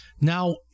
now